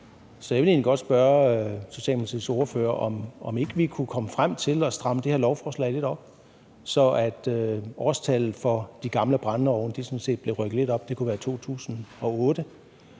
Så jeg vil egentlig godt spørge Socialdemokratiets ordfører, om ikke vi kunne komme frem til at stramme det her lovforslag lidt op, så årstallet for de gamle brændeovne blev rykket lidt op – det kunne være til 2008.